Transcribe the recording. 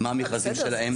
מה המכרזים שלהם,